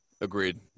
Agreed